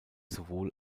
sowohl